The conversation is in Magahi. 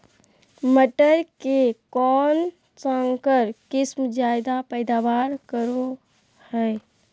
मटर के कौन संकर किस्म जायदा पैदावार करो है?